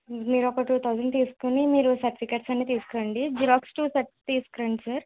మీరు ఒక two thousand తీసుకొని మీరు సర్టిఫికేట్స్ అన్నీ తీసుకురండి జిరాక్స్ టూ సెట్స్ తీసుకురండి సార్